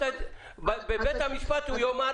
בבית המשפט הוא יאמר